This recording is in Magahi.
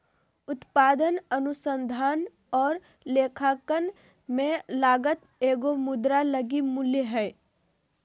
उत्पादन अनुसंधान और लेखांकन में लागत एगो मुद्रा लगी मूल्य हइ